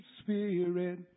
spirit